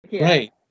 Right